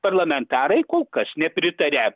parlamentarai kol kas nepritaria